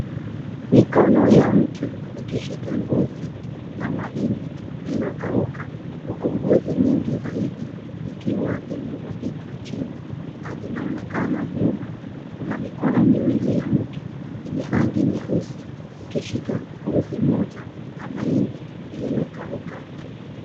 Mikono ya mtu ikishika ngozi la mahindi lililokauka mgongozi nyingi zaidi zikiwa zimemwagika chini na zinaonekana nyuma. Kuna mikono miwili ya mtu yenye rangi nyeusi ikishika mbuzi mmoja na mahindi lililokauka.